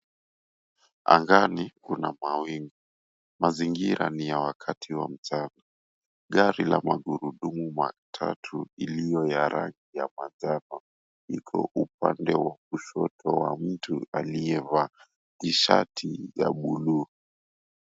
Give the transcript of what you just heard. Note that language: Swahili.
Angani kuna mawingu. Mazingira ni ya wakati wa mchana. Gari la magurudumu matatu iliyo ya rangi ya manjano iko upande wa kushoto wa mtu aliyevaa tishati ya buluu.